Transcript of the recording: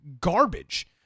garbage